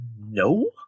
no